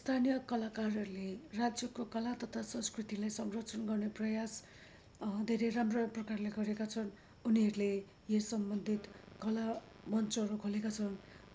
स्थानीय कलाकारहरूले राज्यको कला तथा संस्कृतिलाई संरक्षण गर्ने प्रयास धेरै राम्रो प्रकारले गरेका छन् उनीहरूले यस सम्बन्धित कला मञ्चहरू खोलेका छन्